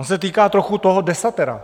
On se týká trochu toho desatera.